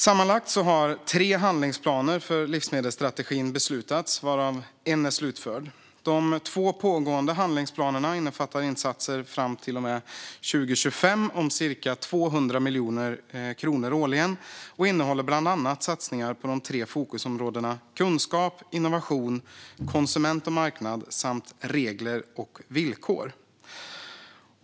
Sammanlagt har tre handlingsplaner för livsmedelsstrategin beslutats, varav en är slutförd. De två pågående handlingsplanerna innefattar insatser fram till och med 2025 om cirka 200 miljoner kronor årligen och innehåller bland annat satsningar på de tre fokusområdena kunskap och innovation, konsument och marknad samt regler och villkor.